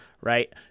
right